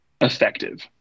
effective